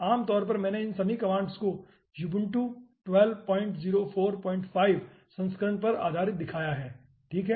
आमतौर पर मैंने इन सभी कमांड्स को ubuntu 12 04 5 संस्करण पर आधारित दिखाया है ठीक है